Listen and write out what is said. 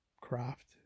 craft